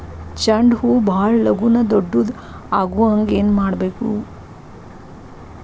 ಚಂಡ ಹೂ ಭಾಳ ಲಗೂನ ದೊಡ್ಡದು ಆಗುಹಂಗ್ ಏನ್ ಮಾಡ್ಬೇಕು?